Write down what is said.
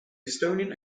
estonian